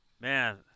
Man